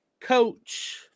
coach